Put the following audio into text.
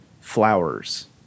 flowers